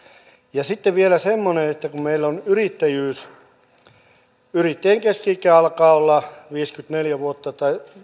ja sitten vielä semmoinen asia että kun meillä yrittäjien keski ikä alkaa olla viisikymmentäneljä vuotta